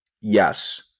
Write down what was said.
yes